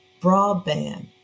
broadband